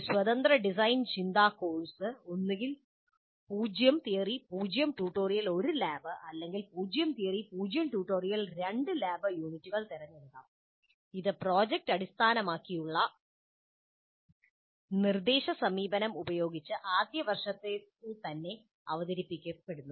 ഒരു സ്വതന്ത്ര ഡിസൈൻ ചിന്താ കോഴ്സ് ഒന്നുകിൽ 0 തിയറി 0 ട്യൂട്ടോറിയൽ 1 ലാബ് അല്ലെങ്കിൽ 0 തിയറി 0 ട്യൂട്ടോറിയൽ 2 ലാബ് യൂണിറ്റുകൾ തിരഞ്ഞെടുക്കാം ഇത് പ്രോജക്റ്റ് അടിസ്ഥാനമാക്കിയുള്ള നിർദ്ദേശ സമീപനം ഉപയോഗിച്ച് ആദ്യ വർഷത്തിൽ തന്നെ അവതരിപ്പിക്കപ്പെടുന്നു